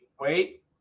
wait